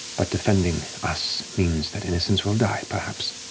but defending us means that innocents will die, perhaps.